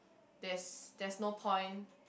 there's there's no point